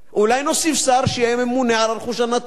אולי נוסיף שר שיהיה ממונה על הרכוש הנטוש?